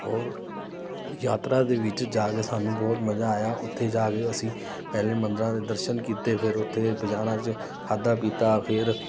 ਔਰ ਯਾਤਰਾ ਦੇ ਵਿੱਚ ਜਾ ਕੇ ਸਾਨੂੰ ਬਹੁਤ ਮਜ਼ਾ ਆਇਆ ਉੱਥੇ ਜਾ ਕੇ ਅਸੀਂ ਪਹਿਲੇ ਮੰਦਰਾਂ ਦੇ ਦਰਸ਼ਨ ਕੀਤੇ ਫਿਰ ਉੱਥੇ ਬਜ਼ਾਰਾਂ 'ਚ ਖਾਧਾ ਪੀਤਾ ਫਿਰ